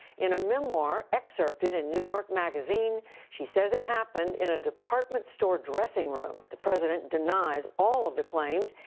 in a memoir excerpted in new york magazine she says it happened in a department store dressing room. the president denies all of the claims,